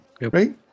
Right